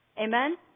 Amen